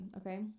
okay